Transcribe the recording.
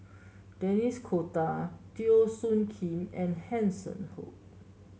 Denis D'Cotta Teo Soon Kim and Hanson Ho